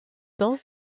donc